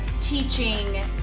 teaching